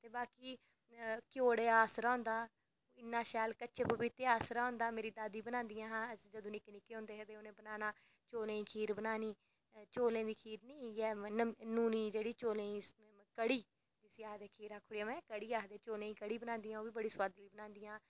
ते बाकी आसरा होंदा ते कच्चे पपीते दा आसरा होंदा हा मेरी दादी बनांदियां हियां जदूं निक्के निक्के होंदे हे उ'नें बनाना चौलें दी खीर बनानी चौलें दी खीर निं चौलें दी कढ़ी एह् खीर आक्खी ओड़ेआ में नेईं चौलें दी कढ़ी बनांदियां हियां ओह्बी बड़ी सुआदली